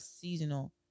seasonal